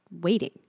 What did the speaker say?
waiting